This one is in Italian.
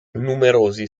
numerosi